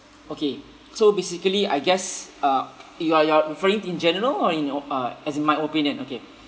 okay so basically I guess uh you're you're referring in general or in o~ uh as in my opinion okay